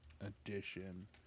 edition